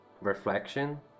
reflection